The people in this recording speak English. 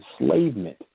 enslavement